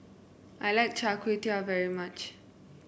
I like Char Kway Teow very much